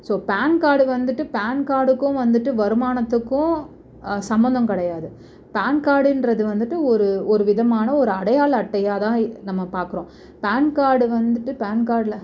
so PAN card வந்துட்டு PAN கார்டுக்கும் வந்துட்டு வருமானத்துக்கும் சம்பந்தம் கிடையாது பேன் கார்டுங்றது வந்துட்டு ஒரு ஒரு விதமான ஒரு அடையாள அட்டையாகதான் நம்ம பார்க்குறோம் பேன் கார்டு வந்துட்டு பேன் கார்ட்டில்